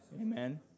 Amen